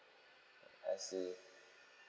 I see